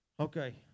Okay